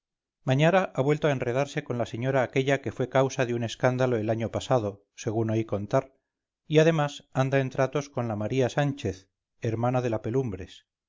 mañara ha vuelto a enredarse con la señora aquella que fue causa de un escándalo el año pasado según oí contar y además anda en tratos con la maría sánchez hermana de la